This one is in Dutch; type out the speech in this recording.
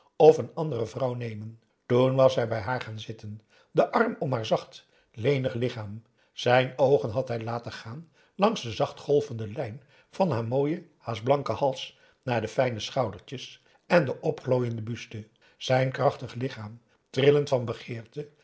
of een andere vrouw nemen toen was hij bij haar gaan zitten den arm om haar zacht lenig lichaam zijn oogen had hij laten gaan langs de zachtgolvende lijn van haar mooien haast blanken hals naar de fijne schoudertjes en de opglooiende buste zijn krachtig lichaam trillend van begeerte